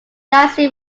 yangtze